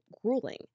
grueling